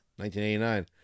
1989